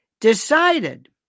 decided